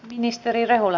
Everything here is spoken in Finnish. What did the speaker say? ministeri rehula